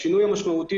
השינוי המשמעותי